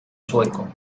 sueco